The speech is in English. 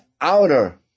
outer